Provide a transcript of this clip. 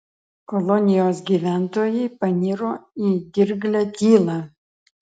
kolonijos gyventojai paniro į dirglią tylą